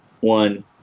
one